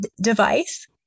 device